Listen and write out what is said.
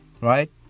right